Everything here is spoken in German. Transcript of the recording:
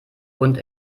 und